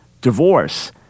divorce